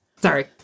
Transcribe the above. Sorry